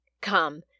Come